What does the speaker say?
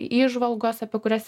įžvalgos apie kurias